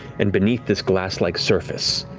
and beneath this glass-like surface,